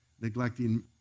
neglecting